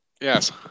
Yes